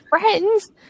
friends